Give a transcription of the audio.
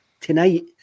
tonight